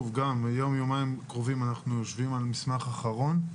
ביום-יומיים הקרובים אנחנו יושבים על מסמך אחרון.